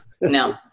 No